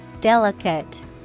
Delicate